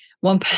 One